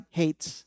hates